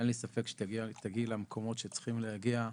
אין לי ספק שתגיעי למקומות שצריכים להגיע.